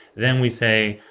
then we say,